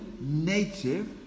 native